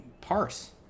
parse